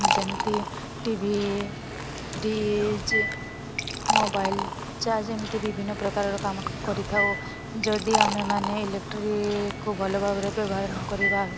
ଯେମିତି T V fridge mobile charge ଏମିତି ବିଭିନ୍ନ ପ୍ରକାରର କାମ କରିଥାଉ ଯଦି ଆମେମାନେ ଇଲେକ୍ଟ୍ରିକୁ ଭଲ ଭାବରେ ବ୍ୟବହାର ନ କରିବା